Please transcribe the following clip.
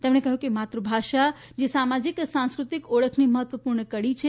તેમણે કહ્યું કે માતૃભાષા જે સામાજિક સાંસ્કૃતિક ઓળખની મહત્વપૂર્ણ કડી છે